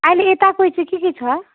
अहिले यताकै चाहिँ के के छ